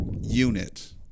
unit